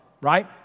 right